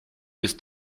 ist